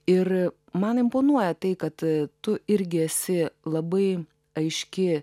ir man imponuoja tai kad tu irgi esi labai aiški